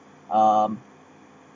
um